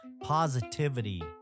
positivity